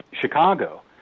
chicago